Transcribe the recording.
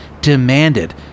demanded